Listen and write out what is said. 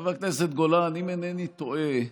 חבר הכנסת גולן, אם אינני טועה,